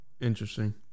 Interesting